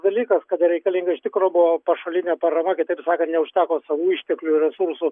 dalykas kada reikalinga iš tikro buvo pašalinė parama kitaip sakant neužteko savų išteklių resursų